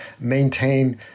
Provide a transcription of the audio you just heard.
maintain